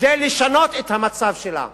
כדי לשנות את המצב שלה.